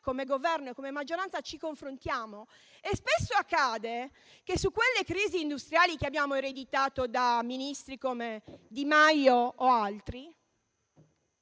come Governo e come maggioranza, ci confrontiamo - spesso è accaduto che sulle crisi industriali che abbiamo ereditato da ministri come Di Maio o altri